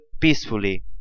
peacefully